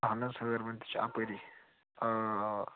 اہَن حظ ہٲروَن تہِ چھِ اَپٲری آ آ